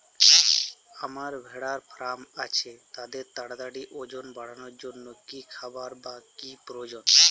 আমার ভেড়ার ফার্ম আছে তাদের তাড়াতাড়ি ওজন বাড়ানোর জন্য কী খাবার বা কী প্রয়োজন?